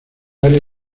área